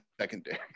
secondary